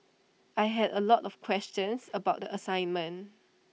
I had A lot of questions about the assignment